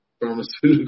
pharmaceutical